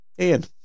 Ian